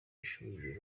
ishuri